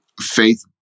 faith